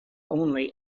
only